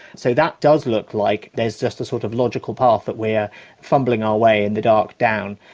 so that doesn't look like there is just a sort of logical path that we are fumbling our way in the dark down,